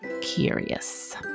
curious